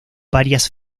varias